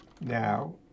now